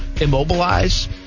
immobilize